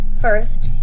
First